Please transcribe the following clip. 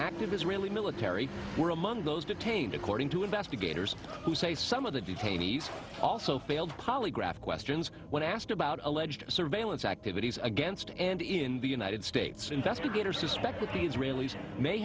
active israeli military were among those detained according to investigators who say some of the detainees also failed polygraph questions when asked about alleged surveillance activities against and in the united states investigators suspect